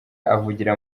avugira